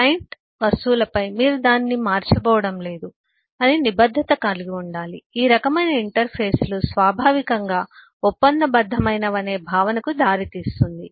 client వస్తువులపై మీరు నేను దానిని మార్చబోవడం లేదు అని నిబద్ధత కలిగి ఉండాలి ఈ రకమైన ఇంటర్ఫేస్లు స్వాభావికంగా ఒప్పందబద్ధమైనవనే భావనకు దారితీస్తుంది